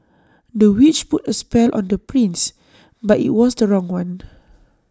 the witch put A spell on the prince but IT was the wrong one